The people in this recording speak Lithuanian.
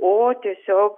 o tiesiog